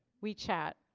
we chat.